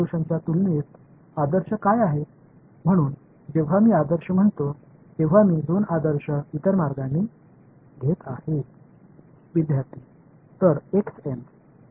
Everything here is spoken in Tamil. மாணவர் எனவே x n எனவே x n என்பது N பிரிவுகளைத் தேர்ந்தெடுக்கும்போது பெறப்பட்ட தீர்வு மற்றும் x m ஆகையால் தேர்ந்தெடுக்கப்பட்டN விட m கொண்ட தீர்வு பெரியது